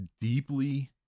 deeply